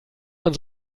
man